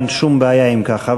אין שום בעיה עם כך.